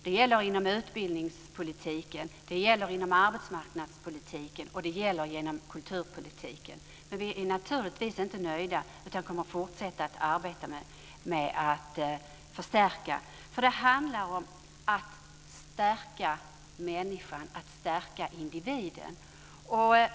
Det gäller inom utbildningspolitiken, inom arbetsmarknadspolitiken och inom kulturpolitiken. Naturligtvis är vi för den skull inte nöjda, utan vi kommer att fortsätta att arbeta med att förstärka på de här områdena. Det handlar om att stärka människan, om att stärka individen.